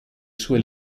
sue